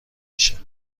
میشه